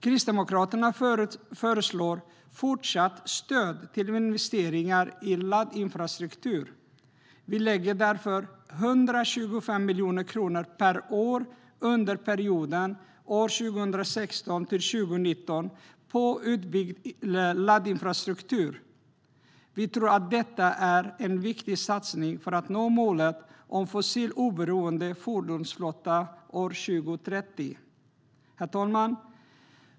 Kristdemokraterna föreslår fortsatt stöd till investeringar i laddinfrastruktur. Vi lägger därför 125 miljoner kronor per år under perioden 2016-2019 på utbyggd laddinfrastruktur. Vi tror att detta är en viktig satsning för att nå målet om en fossiloberoende fordonsflotta år 2030. Herr talman!